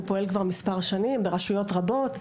הוא פועל כבר מספר שנים ברשויות רבות.